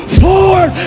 forward